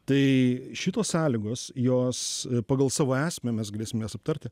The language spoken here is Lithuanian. tai šitos sąlygos jos pagal savo esmę mes galėsim jas aptarti